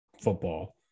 football